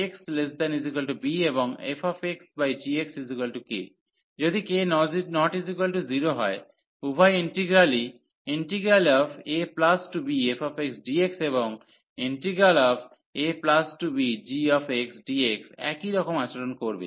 যদি k≠0 হয় উভয় ইন্টিগ্রালই abfxdxএবং abgxdx একই রকম আচরণ করবে